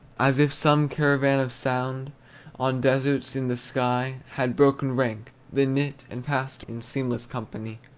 as if some caravan of sound on deserts, in the sky, had broken rank, then knit, and passed in seamless company.